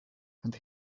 and